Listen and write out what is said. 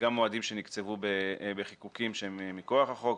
גם למועדים שנקצבו בחיקוקים שהם מכוח החוק,